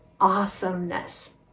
awesomeness